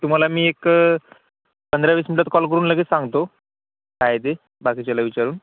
तुम्हाला मी एक पंधरा वीस मिनटात कॉल करून लगेच सांगतो काय आहे ते बाकीच्याला विचारून